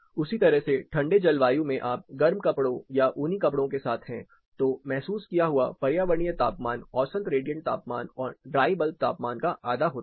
उसी तरह से ठंडे जल वायु में आप गर्म कपड़ों या ऊनी कपड़ों के साथ है तो महसूस किया हुआ पर्यावरणीय तापमान औसत रेडिएंट तापमान और ड्राई बल्ब तापमान का आधा होता है